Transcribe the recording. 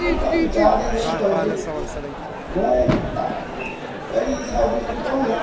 ꯐꯤꯕꯝ ꯆꯥꯗꯦ ꯅꯣꯏꯅ ꯇꯧꯔꯤꯁꯦ ꯅꯣꯡꯃꯇ ꯀꯔꯤ ꯁꯥꯔꯕꯤꯁ ꯈꯨꯠꯇꯧꯅꯣ